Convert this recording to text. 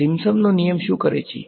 સિમ્પસનનો નિયમ શુ કરે છે